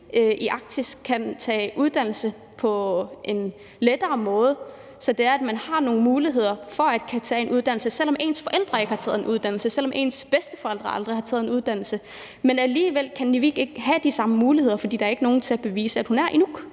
i Arktis på en lettere måde kan tage en uddannelse, så man har mulighed for at kunne tage en uddannelse, selv om ens forældre ikke har taget en uddannelse, og selv om ens bedsteforældre aldrig har taget en uddannelse. Men Nivi har ikke de samme muligheder, for der er ikke nogen til at bevise, at hun er inuk,